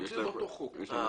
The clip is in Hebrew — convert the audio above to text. אנחנו נמצאים באותו חוק.